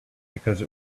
because